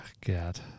God